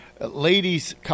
Ladies